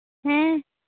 ᱦᱮᱸ